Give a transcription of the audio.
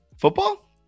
football